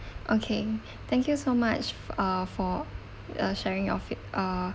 okay thank you so much uh for uh sharing your feed~ uh